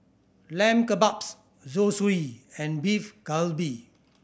Lamb Kebabs Zosui and Beef Galbi